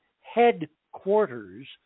headquarters